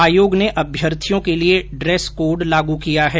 आयोग ने अम्यर्थियों के लिये ड्रेस कोड लागू किया है